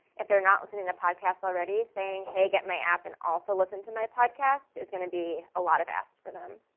if they're not listening to podcasts already saying hey, get my app and also listen to my podcast is gonna be a lot of asks for them.